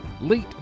Late